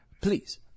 Please